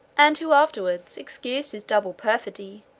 and who afterwards excused his double perfidy,